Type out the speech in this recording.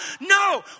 No